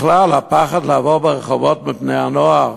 בכלל, הפחד לעבור ברחובות מפני הנוער,